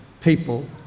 people